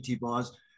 bars